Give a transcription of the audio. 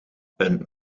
een